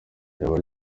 ijabo